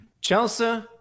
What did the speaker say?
Chelsea